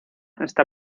está